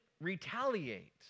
retaliate